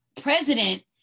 president